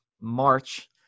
march